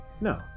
No